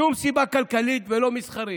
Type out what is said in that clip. שום סיבה כלכלית ולא מסחרית.